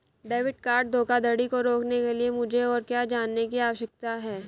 Debit card धोखाधड़ी को रोकने के लिए मुझे और क्या जानने की आवश्यकता है?